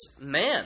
man